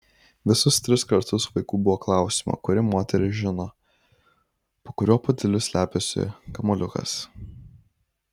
visus tris kartus vaikų buvo klausiama kuri moteris žino po kuriuo puodeliu slepiasi kamuoliukas